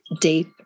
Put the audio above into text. deep